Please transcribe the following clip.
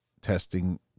testing